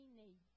need